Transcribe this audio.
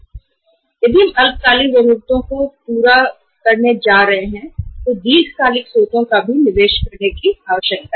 अगर हम बैंक के पास अपनी कार्यशील पूंजी की ज़रूरतों को पूरा करने के लिए जा रहे हैं तो दीर्घकालिक वित्त को अल्पकालिक ज़रूरतों के लिए निवेश करने की आवश्यकता है